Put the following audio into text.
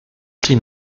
sin